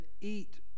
eat